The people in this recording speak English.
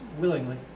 willingly